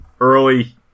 early